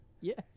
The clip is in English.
Yes